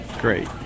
Great